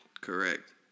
correct